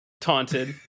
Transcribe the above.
taunted